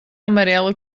amarela